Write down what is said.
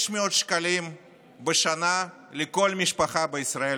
600 שקלים בשנה לכל משפחה בישראל,